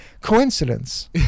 coincidence